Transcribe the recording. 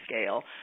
scale